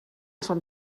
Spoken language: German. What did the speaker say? schon